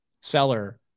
seller